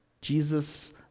jesus